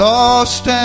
Lost